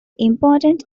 important